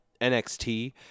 NXT